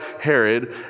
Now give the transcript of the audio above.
Herod